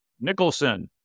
Nicholson